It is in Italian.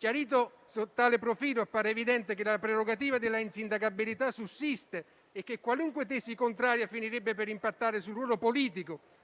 Sotto tale profilo appare evidente che la prerogativa della insindacabilità sussiste e che qualunque tesi contraria finirebbe per impattare sul ruolo politico